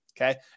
okay